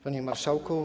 Panie Marszałku!